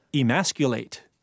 Emasculate